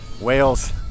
Wales